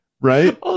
Right